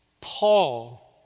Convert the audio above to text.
Paul